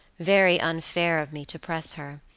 very unfair of me to press her,